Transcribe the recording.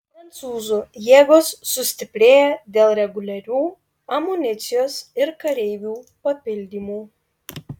prancūzų jėgos sustiprėja dėl reguliarių amunicijos ir kareivių papildymų